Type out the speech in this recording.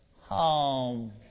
Home